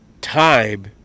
time